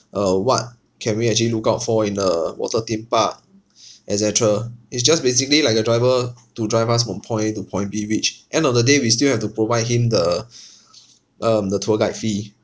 uh what can we actually look out for in the water theme park et cetera he's just basically like a driver to drive us from point a to point b which end of the day we still have to provide him the um the tour guide fee